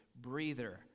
breather